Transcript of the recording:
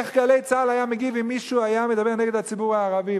איך "גלי צה"ל" היה מגיב אם מישהו היה מדבר נגד הציבור הערבי?